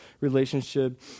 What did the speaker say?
relationship